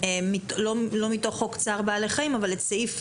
לא מתוך חוק צער בעלי חיים אבל את סעיף